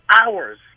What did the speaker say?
hours